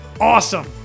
awesome